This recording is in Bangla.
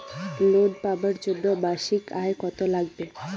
লোন পাবার জন্যে মাসিক আয় কতো লাগবে?